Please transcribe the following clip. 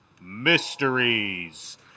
Mysteries